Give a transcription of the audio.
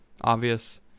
obvious